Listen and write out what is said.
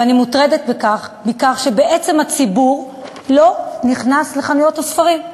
ואני מוטרדת מכך שבעצם הציבור לא נכנס לחנויות הספרים.